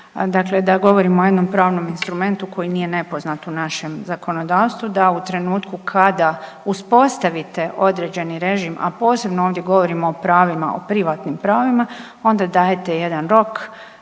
dakle da govorimo o jednom pravnom instrumentu koji nije nepoznat u našem zakonodavstvu da u trenutku kada uspostavite određeni režim, a posebno ovdje govorimo o pravima, o privatnim pravima, onda dajete jedan rok